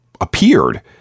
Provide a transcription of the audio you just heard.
appeared